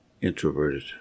introverted